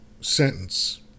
sentence